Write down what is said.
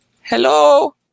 Hello